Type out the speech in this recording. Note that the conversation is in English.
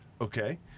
okay